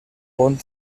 pont